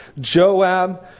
Joab